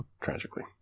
Tragically